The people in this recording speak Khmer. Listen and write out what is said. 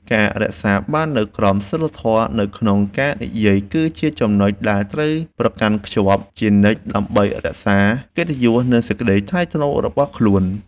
ការរក្សាបាននូវក្រមសីលធម៌នៅក្នុងការនិយាយគឺជាចំណុចដែលត្រូវប្រកាន់ខ្ជាប់ជានិច្ចដើម្បីរក្សាកិត្តិយស និងសេចក្តីថ្លៃថ្នូររបស់ខ្លួន។